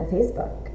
Facebook